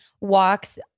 walks